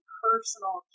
personal